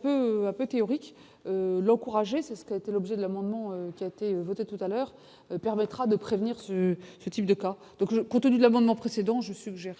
peu un peu théorique, l'encourager, ce qui a été l'objet de l'amendement qui a été voté tout à l'heure, permettra de prévenir ce ce type de cas donc, le contenu de l'amendement précédent je suggère